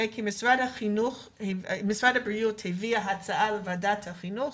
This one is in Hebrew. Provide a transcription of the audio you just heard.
משרד הבריאות הביא הצעה לוועדת החינוך,